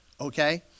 okay